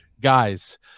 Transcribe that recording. guys